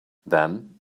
then